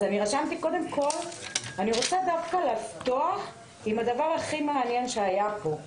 אני רוצה דווקא לפתוח עם הדבר הכי מעניין שהיה פה,